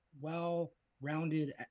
well-rounded